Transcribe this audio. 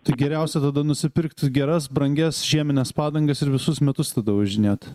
tai geriausia tada nusipirkt geras brangias žiemines padangas ir visus metus tada važinėt